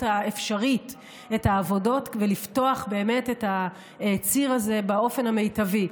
האפשרית את העבודות ולפתוח באמת את הציר הזה באופן המיטבי.